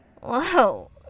Whoa